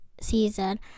season